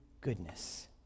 goodness